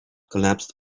collapsed